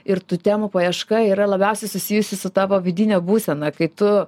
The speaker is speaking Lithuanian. ir tų temų paieška yra labiausiai susijusi su tavo vidine būsena kai tu